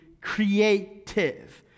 creative